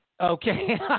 Okay